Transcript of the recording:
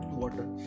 Water